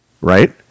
right